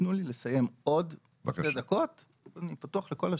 תנו לי לסיים עוד שתי דקות ואני פתוח לכל השאלות.